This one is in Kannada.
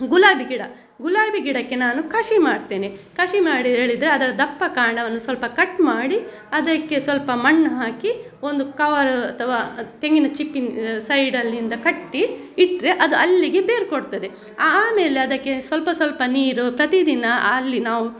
ಗುಲಾಬಿ ಗಿಡ ಗುಲಾಬಿ ಗಿಡಕ್ಕೆ ನಾನು ಕಸಿ ಮಾಡ್ತೇನೆ ಕಸಿ ಮಾಡಿ ಹೇಳಿದ್ರೆ ಅದರ ದಪ್ಪ ಕಾಂಡವನ್ನು ಸ್ವಲ್ಪ ಕಟ್ ಮಾಡಿ ಅದಕ್ಕೆ ಸ್ವಲ್ಪ ಮಣ್ಣು ಹಾಕಿ ಒಂದು ಕವರ್ ಅಥವಾ ತೆಂಗಿನ ಚಿಪ್ಪಿ ಸೈಡಲ್ಲಿಂದ ಕಟ್ಟಿ ಇಟ್ಟರೆ ಅದು ಅಲ್ಲಿಗೆ ಬೇರು ಕೊಡ್ತದೆ ಆಮೇಲೆ ಅದಕ್ಕೆ ಸ್ವಲ್ಪ ಸ್ವಲ್ಪ ನೀರು ಪ್ರತಿದಿನ ಅಲ್ಲಿ ನಾವು